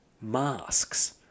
Masks